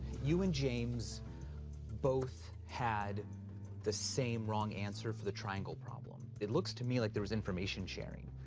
you and james both had the same wrong answer for the triangle problem. it looks to me like there was information sharing.